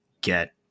get